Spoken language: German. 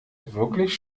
wirklich